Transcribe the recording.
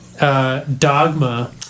Dogma